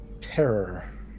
terror